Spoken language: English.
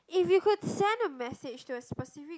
if you could send a message to a specific